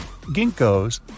ginkgos